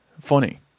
Funny